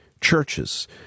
Churches